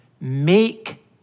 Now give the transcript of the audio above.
make